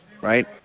Right